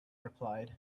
replied